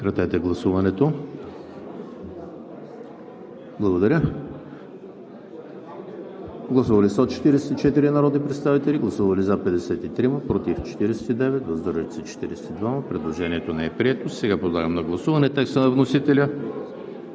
Предложението не е прието.